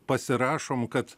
pasirašom kad